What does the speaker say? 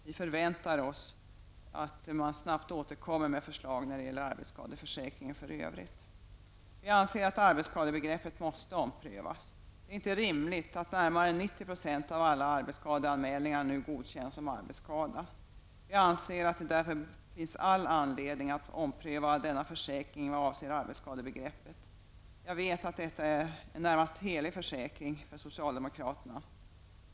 Vi förväntar oss att man snabbt återkommer med förslag vad gäller arbetsskadeförsäkringen i övrigt. Vi anser att arbetsskadebegreppet måste omprövas. Det är inte rimligt att närmare 90 % av alla arbetsskadeanmälningar nu godkänns som arbetsskada. Vi anser därför att det finns all anledning att ompröva denna försäkring vad avser arbetsskadebegreppet. Jag vet att denna försäkring är närmast helig för socialdemokraterna.